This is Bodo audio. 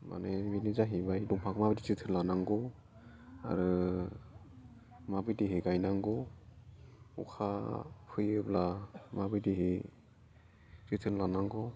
माने बेनो जाहैबाय दंफांखौ माबोरै जोथोन लानांगौ आरो माबायदिहै गायनांगौ अखा हायोब्ला माबायदिहै जोथोन लानांगौ